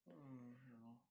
mm ya lor